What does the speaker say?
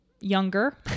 younger